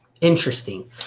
interesting